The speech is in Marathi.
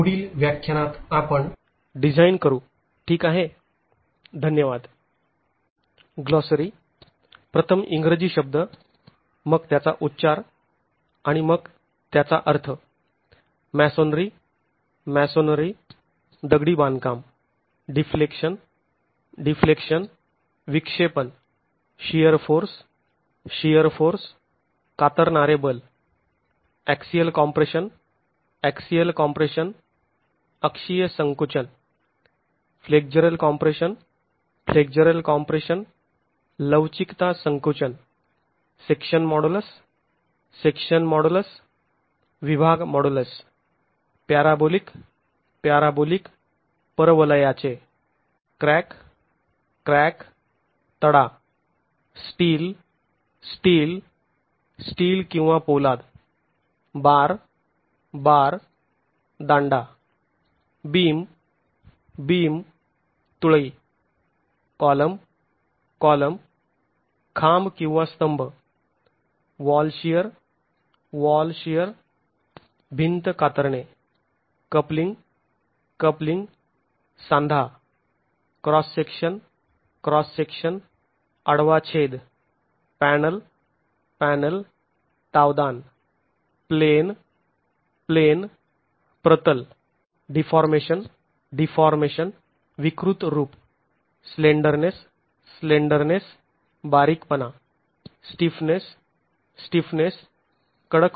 पुढील व्याख्यानात आपण डिझाईन करू ठीक आहे